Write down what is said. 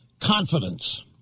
Confidence